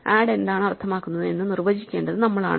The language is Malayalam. ആഡ് എന്താണ് അർത്ഥമാക്കുന്നത് എന്ന് നിർവചിക്കേണ്ടത് നമ്മളാണ്